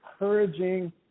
encouraging